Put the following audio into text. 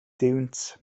duwynt